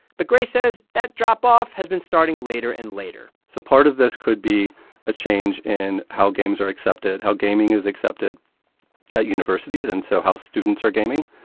but gray says that drop-off has been starting later and later so part of this could be a change in how games are accepted, how gaming is accepted at universities and so how students are gaming.